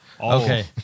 Okay